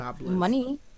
Money